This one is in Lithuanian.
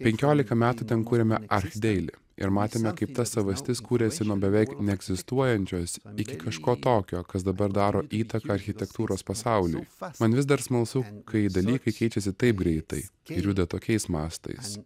penkiolika metų ten kūrėme archdeili ir matėme kaip ta savastis kūrėsi nuo beveik neegzistuojančios iki kažko tokio kas dabar daro įtaką architektūros pasauliui man vis dar smalsu kai dalykai keičiasi taip greitai ir juda tokiais mastais